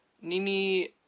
Nini